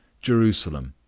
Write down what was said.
jerusalem,